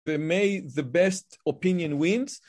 May the best opinion wins.